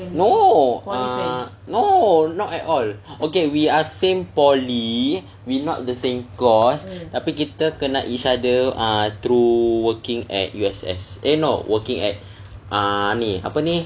no ah no not at all okay we are same poly we not the same course tapi kita kenal each other ah through working at U_S_S eh no working at ah ni apa ni